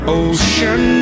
ocean